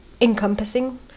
encompassing